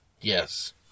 Yes